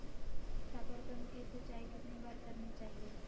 साकारकंद की सिंचाई कितनी बार करनी चाहिए?